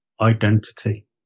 Identity